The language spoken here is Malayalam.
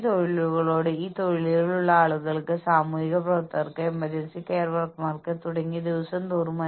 ഈ സംവിധാനത്തിന്റെ ഭാഗമായ ജീവനക്കാർക്ക് തങ്ങൾ ചെയ്തതിന് മാത്രമേ പ്രതിഫലം ലഭിക്കൂ എന്ന് തോന്നുന്നു